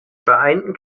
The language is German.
vereinten